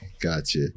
gotcha